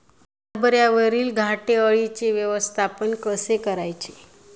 हरभऱ्यावरील घाटे अळीचे व्यवस्थापन कसे करायचे?